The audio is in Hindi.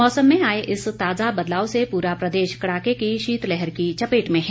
मौसम में आए इस ताजा बदलाव से पूरा प्रदेश कड़ाके की शीतलहर की चपेट में है